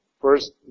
First